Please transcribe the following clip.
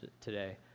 today